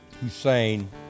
Hussein